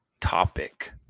topic